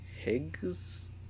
higgs